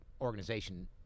organization